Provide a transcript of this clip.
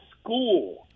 school